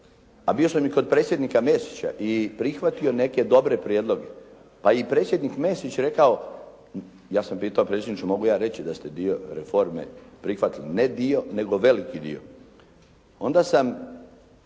A bio sam i kod predsjednika Mesića i prihvatio neke dobre prijedloge, pa je i predsjednik Mesić rekao… Ja sam pitao predsjedniče mogu ja reći da ste dio reforme prihvatili, ne dio nego veliki dio. Onda sam,